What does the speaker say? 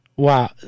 wow